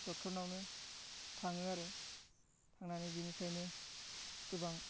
ड'क्टरनावनो थाङो आरो थांनानै बिनिफ्रायनो गोबां